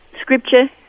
scripture